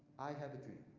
i have a dream.